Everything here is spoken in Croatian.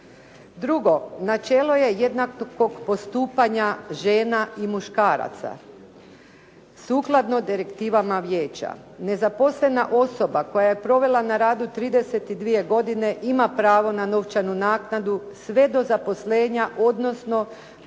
Drugo, načelo je jednakog postupanja žena i muškaraca. Sukladno direktivama vijeća nezaposlena osoba koja je provela na radu 32 godine ima pravo na novčanu naknadu sve do zaposlenja odnosno dok